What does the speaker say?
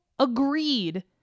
agreed